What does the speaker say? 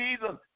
season